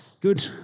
Good